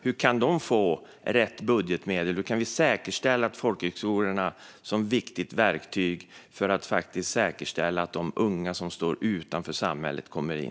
Hur kan de få rätt budgetmedel? Hur kan vi säkra folkhögskolorna som viktigt verktyg för att säkerställa att de unga som står utanför samhället kommer in?